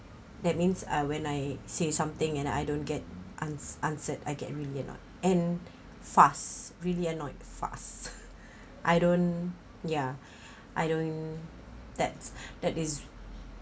that means ah when I say something and I don't get ans~ answered I get really annoyed and fast really annoyed fast I don't yeah I don't that's that is